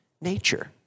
nature